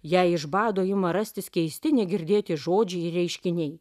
jei iš bado ima rastis keisti negirdėti žodžiai reiškiniai